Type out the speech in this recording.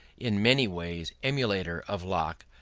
in many ways, emulator, of locke,